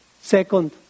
Second